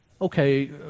Okay